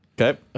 Okay